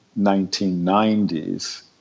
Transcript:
1990s